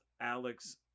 Alex